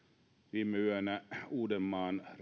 viime yönä uudenmaan